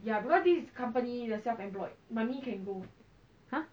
!huh!